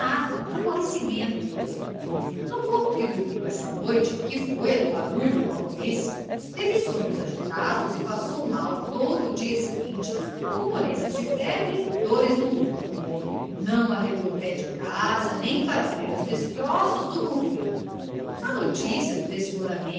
nada aborrecimento no pouco que dormiu essa noite que foi a do baralho com a polícia teve sonhos agitados e passou mal todo o dia seguinte com molezas de febre e dores no útero não arredou pé de casa nem para ver os destroços do conflito a noticia do